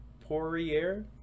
Poirier